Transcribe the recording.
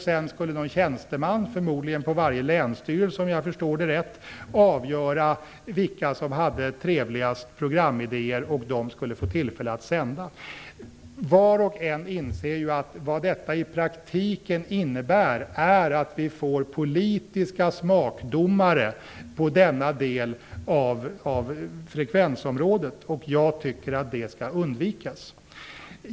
Sedan skulle någon tjänsteman, förmodligen på varje länsstyrelse om jag förstår rätt, avgöra vilka som hade trevligast programidéer. De skulle sedan få tillfälle att sända. Var och en inser att detta i praktiken innebär att vi får politiska smakdomare på denna del av frekvensområdet. Jag tycker att det skall undvikas.